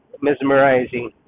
mesmerizing